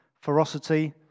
ferocity